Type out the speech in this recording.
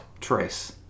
Trace